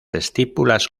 estípulas